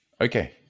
Okay